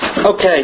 Okay